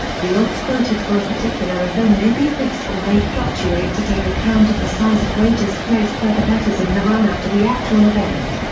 the odds quoted for a particular event may be fixed or may fluctuate to take account of the size of wagers placed by the bettors in the run-up to the actual event.